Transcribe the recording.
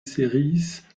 series